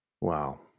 Wow